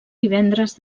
divendres